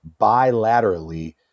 bilaterally